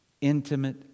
intimate